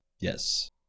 Yes